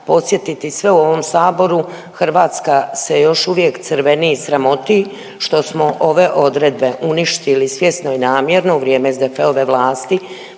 podsjetiti sve u ovom saboru, Hrvatska se još uvijek crveni i sramoti što smo ove odredbe uništili svjesno i namjerno u vrijeme SDP-ove vlasti